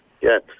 Yes